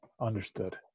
Understood